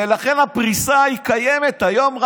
ולכן הפריסה קיימת היום.